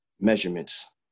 measurements